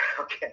Okay